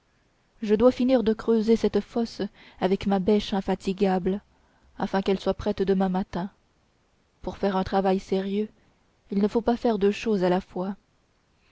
je dois finir de creuser cette fosse avec ma bêche infatigable afin qu'elle soit prête demain matin pour faire un travail sérieux il ne faut pas faire deux choses à la fois